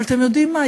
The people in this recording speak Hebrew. אבל אתם יודעים מה,